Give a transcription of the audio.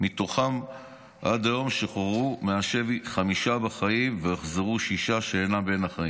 מתוכם עד היום שוחררו מהשבי חמישה בחיים והוחזרו שישה שאינם בין החיים.